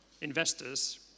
investors